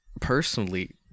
personally